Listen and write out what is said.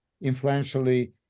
influentially